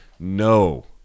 No